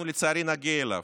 אנחנו לצערי נגיע אליו,